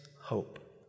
hope